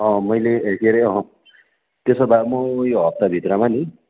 अँ मैले ए के अरे त्यसो भए म यो हप्ता भित्रमा नि